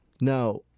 Now